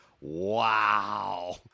Wow